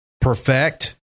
perfect